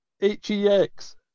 H-E-X